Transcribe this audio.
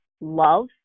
love